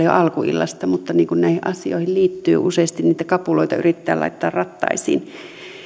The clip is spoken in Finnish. jo alkuillasta niin kuin näihin asioihin liittyy useasti niitä kapuloita yritetään laittaa rattaisiin